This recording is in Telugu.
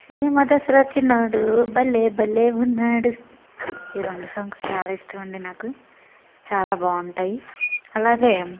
సీమ దసరా చిన్నోడు భలే భలే ఉన్నాడు ఈ రెండు సాంగ్స్ చాలా ఇష్టం అండి నాకు చాలా బాగుంటాయి అలాగే